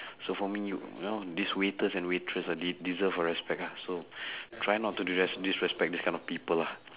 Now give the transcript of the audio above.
so for me you know these waiters and waitress they they deserve our respect ah so try not to dis~ disrespect these kind of people lah